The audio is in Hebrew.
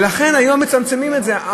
ולכן היום מצמצמים את זה.